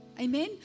Amen